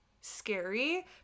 scary